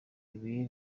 ibuye